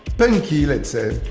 punky, let's say,